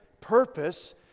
purpose